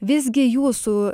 visgi jūsų